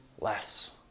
less